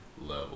level